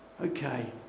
Okay